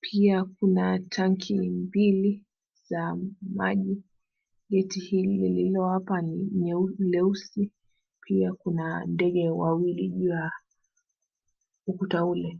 pia kuna tank mbili za maji. Gati hili lilio hapa ni jeusi pia Kuna ndege wawili kwenye ukuta ule.